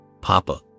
Papa